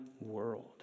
world